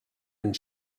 and